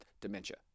dementia